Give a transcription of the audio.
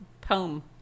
Poem